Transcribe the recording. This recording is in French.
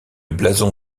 blason